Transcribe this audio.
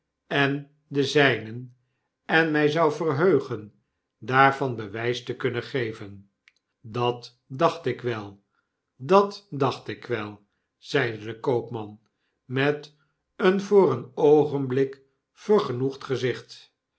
en de zijnen en my zou verheugen daarvan bewys te kunnen geven dat dacht ik wel dat dacht ik wel zeide de koopman met een voor een oogenblik vergenoegd gezicht